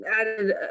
added